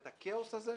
את הכאוס הזה,